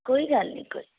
ਕੋਈ ਗੱਲ ਨਹੀਂ ਕੋਈ